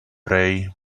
pray